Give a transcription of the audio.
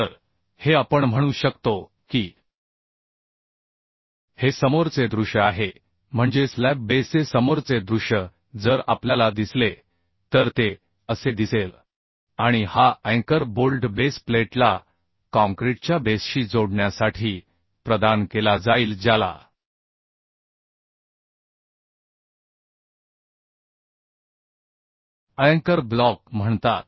तर हे आपण म्हणू शकतो की हे समोरचे दृश्य आहे म्हणजे स्लॅब बेसचे समोरचे दृश्य जर आपल्याला दिसले तर ते असे दिसेल आणि हा अँकर बोल्ट बेस प्लेटला काँक्रीटच्या बेसशी जोडण्यासाठी प्रदान केला जाईल ज्याला अँकर ब्लॉक म्हणतात